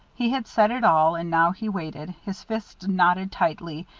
he had said it all, and now he waited, his fists knotted tightly,